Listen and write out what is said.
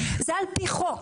זה על-פי חוק,